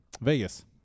Vegas